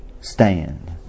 stand